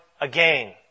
again